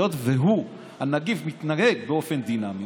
היות שהנגיף מתנהל באופן דינמי.